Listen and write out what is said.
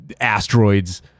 asteroids